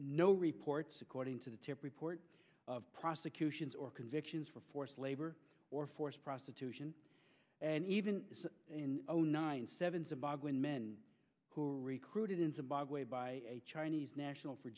no reports according to the tip report of prosecutions or convictions for forced labor or forced prostitution and even in zero nine seven zimbabwean men who were recruited in zimbabwe by a chinese national for